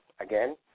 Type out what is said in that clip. Again